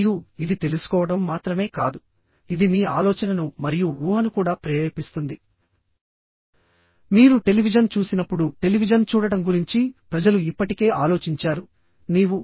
మరియు ఇది తెలుసుకోవడం మాత్రమే కాదుఇది మీ ఆలోచనను మరియు ఊహను కూడా ప్రేరేపిస్తుంది మీరు టెలివిజన్ చూసినప్పుడు టెలివిజన్ చూడటం గురించి ప్రజలు ఇప్పటికే ఆలోచించారు నీవు